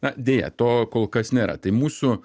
na deja to kol kas nėra tai mūsų